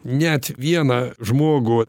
net vieną žmogų